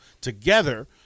together